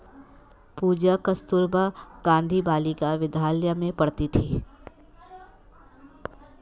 पूजा कस्तूरबा गांधी बालिका विद्यालय में पढ़ती थी